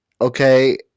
okay